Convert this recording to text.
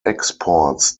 exports